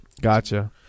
Gotcha